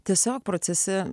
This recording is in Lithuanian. tiesiog procese